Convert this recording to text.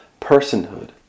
personhood